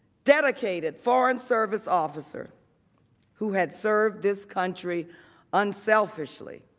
dedicated foreign service officer who had served this country unselfishly,